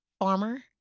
Farmer